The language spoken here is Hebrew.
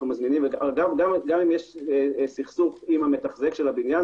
גם אם יש סכסוך עם המתחזק של הבניין,